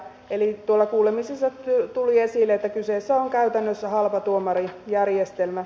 eli tuolla kuulemisissa tuli esille että kyseessä on käytännössä halpatuomarijärjestelmä